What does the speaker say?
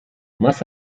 más